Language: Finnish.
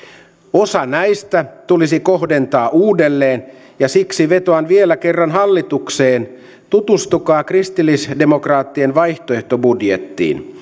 osa näistä tulisi kohdentaa uudelleen ja siksi vetoan vielä kerran hallitukseen tutustukaa kristillisdemokraattien vaihtoehtobudjettiin